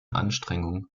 anstrengung